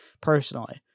personally